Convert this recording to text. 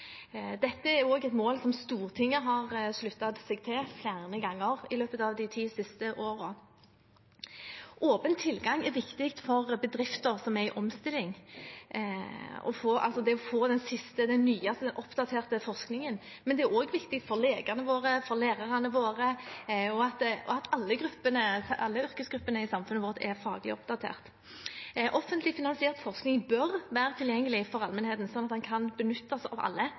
Dette er også et mål som Stortinget har sluttet seg til flere ganger i løpet av de ti siste årene. Åpen tilgang er viktig for bedrifter som er i omstilling, altså det å få den siste, den nyeste og oppdaterte forskningen. Men det er også viktig for legene våre, for lærerne våre – det er viktig at alle yrkesgruppene i samfunnet vårt er faglig oppdatert. Offentlig finansiert forskning bør være tilgjengelig for allmennheten, slik at den kan benyttes av alle.